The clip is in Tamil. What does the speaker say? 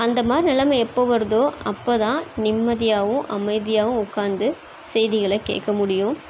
அந்த மாரி நிலமை எப்போ வருதோ அப்ப தான் நிம்மதியாகவும் அமைதியாகவும் உட்காந்து செய்திகளை கேட்க முடியும்